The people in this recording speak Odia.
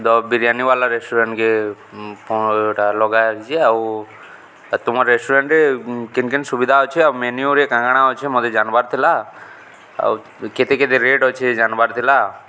ଦ ବିରିୟାନୀୱାଲା ରେଷ୍ଟୁରାଣ୍ଟ୍କେ ଇଟା ଲଗା ହେଇଛେ ଆଉ ତୁମର୍ ରେଷ୍ଟୁରାଣ୍ଟ୍ରେ କେନ୍ କେନ୍ ସୁବିଧା ଅଛେ ଆଉ ମେନ୍ୟୁରେ କା କାଣା ଅଛେ ମତେ ଜାନ୍ବାର୍ ଥିଲା ଆଉ କେତେ କେତେ ରେଟ୍ ଅଛେ ଜାନ୍ବାର୍ ଥିଲା